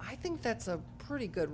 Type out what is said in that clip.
i think that's a pretty good